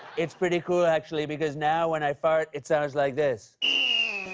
it's pretty cool, actually, because now when i fart, it sounds like this.